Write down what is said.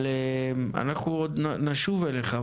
אנחנו עוד נשוב אליך,